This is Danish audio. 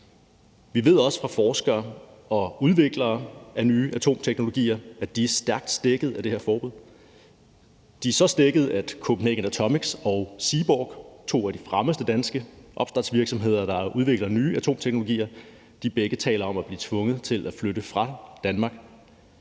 Vi ved også fra forskere og udviklere af nye atomteknologier, at de er stærkt stækket af det her forbud. De er så stækket, at Copenhagen Atomics og Seaborg, som er to af de fremmeste danske opstartsvirksomheder, der udvikler nye atomteknologier, begge taler om at blive tvunget til at flytte fra Danmark